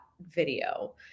video